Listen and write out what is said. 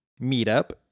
meetup